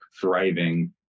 thriving